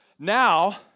Now